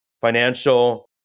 Financial